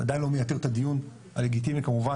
זה עדיין לא מייתר את הדיון הלגיטימי כמובן